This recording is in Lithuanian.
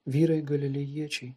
vyrai galilėjiečiai